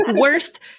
Worst